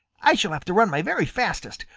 i shall have to run my very fastest,